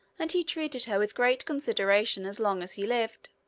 and he treated her with great consideration as long as he lived.